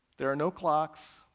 there are no clocks,